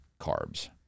carbs